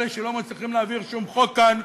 אלה שלא מצליחים להעביר שום חוק כאן,